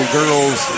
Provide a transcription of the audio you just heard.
girls